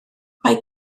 mae